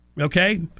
Okay